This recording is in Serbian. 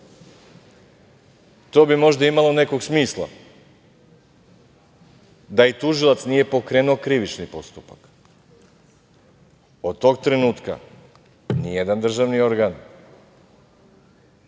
To bi možda imalo nekog smisla da i tužilac nije pokrenuo krivični postupak. Od tog trenutka nijedan državni organ